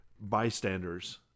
bystanders